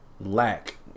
lack